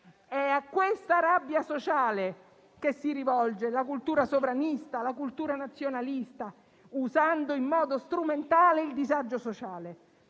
È a questa rabbia sociale che si rivolge la cultura sovranista e nazionalista, usando in modo strumentale il disagio sociale.